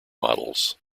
models